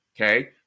okay